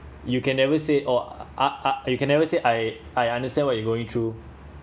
you can never say oh uh uh you can never say I I understand what you're going through